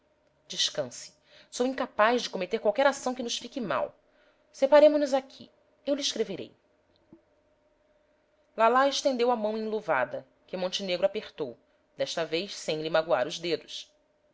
descanse sou incapaz de cometer qualquer ação que nos fique mal separemo-nos aqui eu lhe escreverei lalá estendeu a mão enluvada que montenegro apertou desta vez sem lhe magoar os dedos